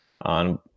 on